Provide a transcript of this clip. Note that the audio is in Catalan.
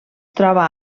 troba